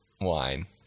wine